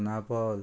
Dona Paula